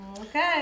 Okay